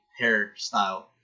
hairstyle